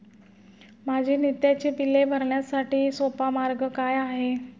माझी नित्याची बिले भरण्यासाठी सोपा मार्ग काय आहे?